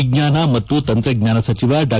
ವಿಜ್ಞಾನ ಮತ್ತು ತಂತ್ರಜ್ಞಾನ ಸಚಿವ ಡಾ